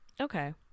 Okay